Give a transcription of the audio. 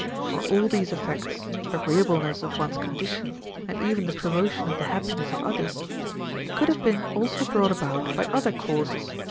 for all these effects agreeableness of one's condition and even the promotion of the happiness of others could have been also brought about by other causes,